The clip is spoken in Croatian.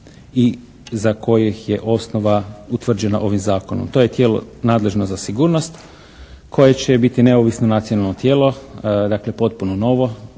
i za kojih je osnova utvrđena ovim zakonom. To je tijelo nadležno za sigurnost koje će biti neovisno nacionalno tijelo. Dakle, potpuno novo,